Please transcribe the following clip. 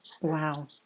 Wow